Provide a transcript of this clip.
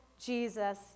Jesus